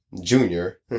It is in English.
junior